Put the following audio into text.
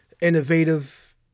innovative